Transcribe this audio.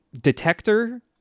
detector